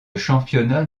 championnat